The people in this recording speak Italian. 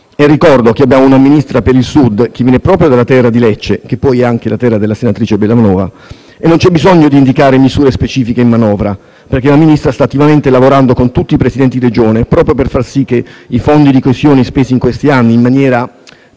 e ricordo che abbiamo un Ministro per il Sud che viene proprio dalla terra di Lecce (che poi è anche la terra della senatrice Bellanova), e non c'è bisogno di indicare misure specifiche in manovra, perché il Ministro sta attivamente lavorando con tutti i presidenti di Regione proprio per far sì che i fondi di coesione spesi in questi anni in maniera